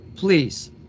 Please